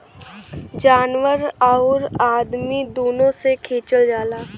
जानवर आउर अदमी दुनो से खिचल जाला